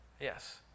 Yes